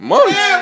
Months